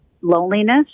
loneliness